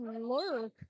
lurk